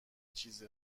چیز